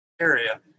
area